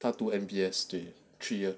他读 N_U_S 对